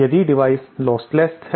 यदि device lossless है